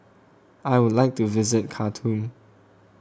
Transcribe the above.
I would like to visit Khartoum